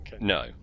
No